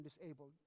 disabled